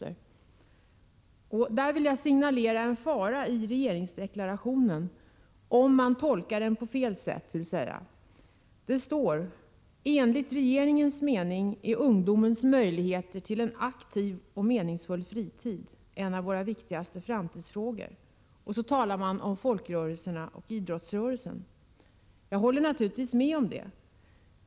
I det sammanhanget vill jag signalera en fara i regeringsdeklarationen — dvs. om man tolkar den på fel sätt. Det står där: ”Enligt regeringens mening är ungdomens möjligheter till en aktiv och meningsfull fritid en av våra viktigaste framtidsfrågor.” Man talar då också om folkrörelserna och idrottsrörelsen. Jag håller naturligtvis med regeringen på den punkten.